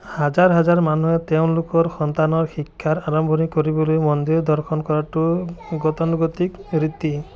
হাজাৰ হাজাৰ মানুহে তেওঁলোকৰ সন্তানৰ শিক্ষাৰ আৰম্ভণি কৰিবলৈ মন্দিৰ দৰ্শন কৰাটো গতানুগতিক ৰীতি